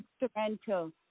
instrumental